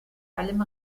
allem